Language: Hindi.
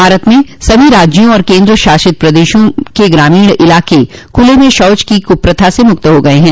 भारत के सभी राज्यों और केन्द्र शासित प्रदेशों के ग्रामीण इलाके खुले में शौच की कुप्रथा से मुक्त हो गए हैं